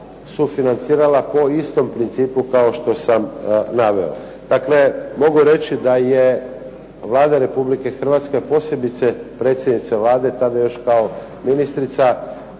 sufinancirala po istom principu kao što sam naveo. Dakle, mogu reći da je Vlada Republike Hrvatske a posebice predsjednica Vlade tada još kao ministrica